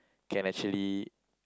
can actually